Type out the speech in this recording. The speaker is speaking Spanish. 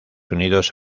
unidos